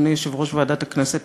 אדוני יושב-ראש ועדת הכנסת,